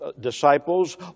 disciples